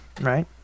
right